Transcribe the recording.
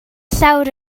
llawr